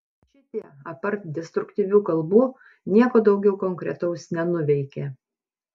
šitie apart destruktyvių kalbų nieko daugiau konkretaus nenuveikė